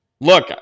look